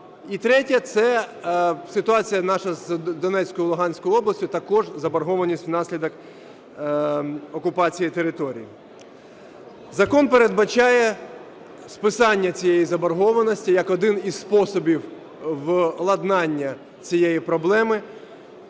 І третє – це ситуація наша з Донецькою, Луганською областю, також заборгованість внаслідок окупації територій. Закон передбачає списання цієї заборгованості, як один із способів владнання цієї проблеми.